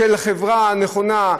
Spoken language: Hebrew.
של חברה נכונה,